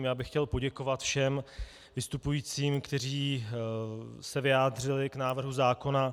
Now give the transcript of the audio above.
Já bych chtěl poděkovat všem vystupujícím, kteří se vyjádřili k návrhu zákona.